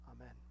Amen